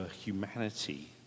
humanity